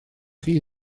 chi